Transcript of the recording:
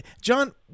John